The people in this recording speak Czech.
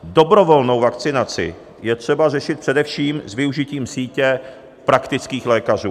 Dobrovolnou vakcinaci je třeba řešit především s využitím sítě praktických lékařů.